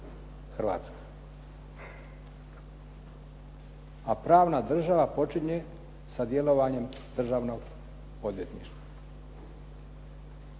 Hrvatska? A pravna država počinje sa djelovanjem Državnog odvjetništva.